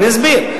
אני אסביר.